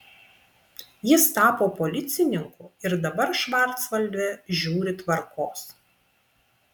jis tapo policininku ir dabar švarcvalde žiūri tvarkos